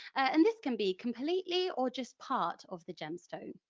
and this can be completely or just part of the gemstone,